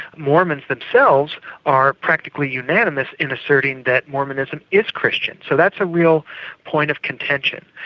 mormons themselves are practically unanimous in asserting that mormonism is christian. so that's a real point of contention.